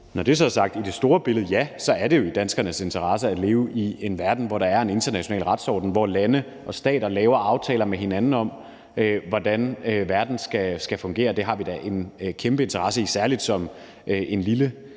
er sagt, så er det i det store billede jo i danskernes interesse at leve i en verden, hvor der er en international retsorden, hvor lande og stater laver aftaler med hinanden om, hvordan verden skal fungere. Det har vi da en kæmpe interesse i. Særlig som en lille